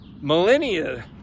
millennia